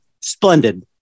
splendid